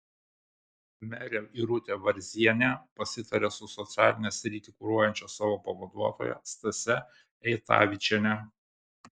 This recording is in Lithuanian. merė irutė varzienė pasitarė su socialinę sritį kuruojančia savo pavaduotoja stase eitavičiene